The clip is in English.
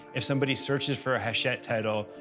if somebody searches for a hachette title,